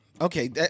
okay